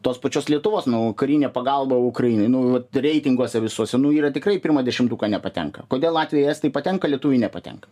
tos pačios lietuvos nu karinė pagalba ukrainai nu vat reitinguose visuose nu yra tikrai į pirmą dešimtuką nepatenka kodėl latviai estai patenka lietuviai nepatenka